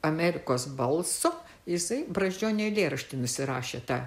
amerikos balso jisai brazdžionio eilėraštį nusirašė tą